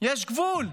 יש גבול.